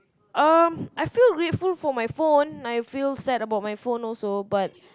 um I feel grateful for my phone my feel sad for my phone also but